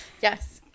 Yes